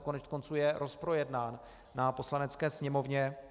Koneckonců je rozprojednán na Poslanecké sněmovně.